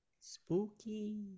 Spooky